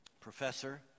professor